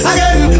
Again